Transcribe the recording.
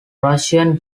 russian